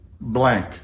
blank